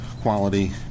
quality